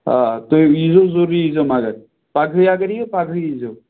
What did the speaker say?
آ تُہۍ یِیو ضروٗری ییٖزیٚو مَگر پگہٕے اَگر ییِو پگہٕے ییٖزیٚو